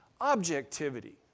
objectivity